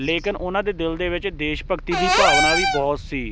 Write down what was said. ਲੇਕਿਨ ਉਹਨਾਂ ਦੇ ਦਿਲ ਦੇ ਵਿੱਚ ਦੇਸ਼ ਭਗਤੀ ਦੀ ਭਾਵਨਾ ਵੀ ਬਹੁਤ ਸੀ